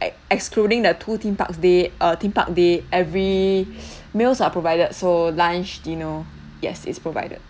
ex~ excluding the two theme parks day uh theme park day every meals are provided so lunch dinner yes it's provided